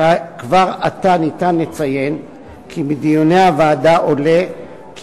כבר עתה אפשר לציין כי מדיוני הוועדה עולה כי